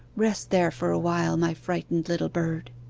rest there for a while, my frightened little bird